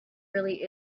really